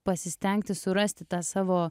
pasistengti surasti tą savo